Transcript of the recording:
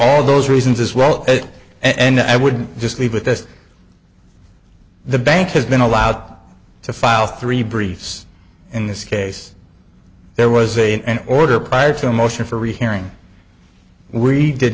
all those reasons as well and i would just leave with this the bank has been allowed to file three briefs in this case there was a an order prior to a motion for repairing we did